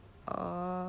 oh